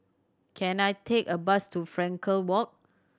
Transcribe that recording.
can I take a bus to Frankel Walk